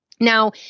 Now